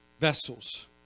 vessels